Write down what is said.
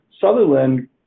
Sutherland